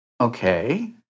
Okay